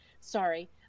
Sorry